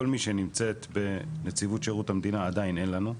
מי שנמצאת בנציבות שירות המדינה עדיין אין לנו,